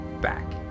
back